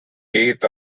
death